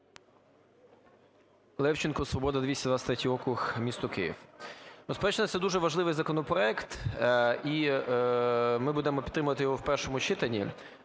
Левченко, "Свобода", 223 округ, місто Київ. Безперечно, це дуже важливий законопроект, і ми будемо підтримувати його в першому читанні,